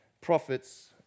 prophets